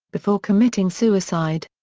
before committing suicide.